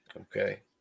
Okay